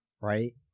right